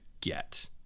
get